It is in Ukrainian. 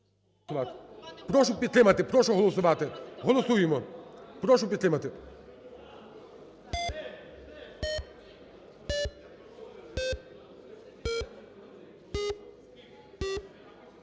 Прошу підтримати, прошу голосувати. Голосуємо. Прошу підтримати.